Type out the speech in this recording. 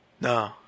no